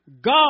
God